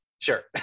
Sure